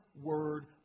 Word